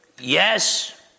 yes